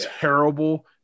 Terrible